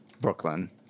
Brooklyn